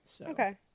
Okay